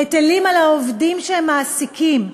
היטלים על העובדים שהם מעסיקים,